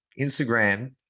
Instagram